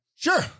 Sure